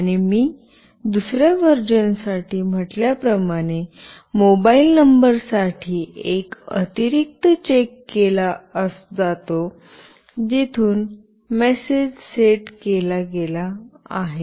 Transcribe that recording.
आणि मी दुसर्या व्हर्जन साठी म्हटल्या प्रमाणे मोबाइल नंबर साठी एक अतिरिक्त चेक केला जातो जिथून मेसेज सेट केला गेला आहे